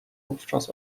wówczas